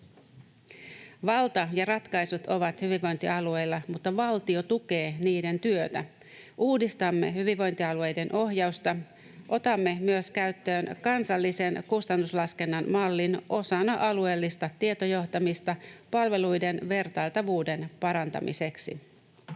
Valta ja ratkaisut ovat hyvinvointialueilla, mutta valtio tukee niiden työtä. Uudistamme hyvinvointialueiden ohjausta. Otamme myös käyttöön kansallisen kustannuslaskennan mallin osana alueellista tietojohtamista palveluiden vertailtavuuden parantamiseksi.